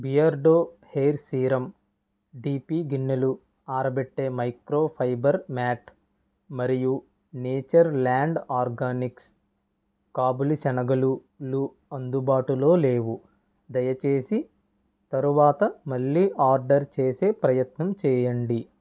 Beardo hair serum DP గిన్నెలు ఆరబెట్టే microfibre mat మరియు నేచర్ ల్యాండ్ ఆర్గానిక్స్ కాబులి శనగలు లు అందుబాటులో లేవు దయచేసి తరువాత మళ్ళీ ఆర్డర్ చేసే ప్రయత్నం చేయండి